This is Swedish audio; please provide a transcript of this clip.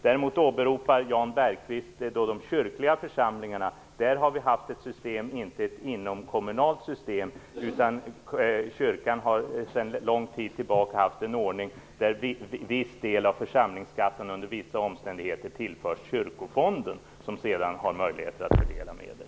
När det däremot gäller de kyrkliga församlingarna som Jan Bergqvist också åberopar, har kyrkan inte haft något inomkommunalt system utan sedan lång tid tillbaka en ordning där viss del av församlingsskatten under vissa omständigheter tillförts Kyrkofonden, som sedan har haft möjligheter att fördela medel.